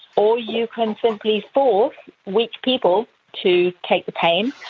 or you can simply force weak people to take the pain,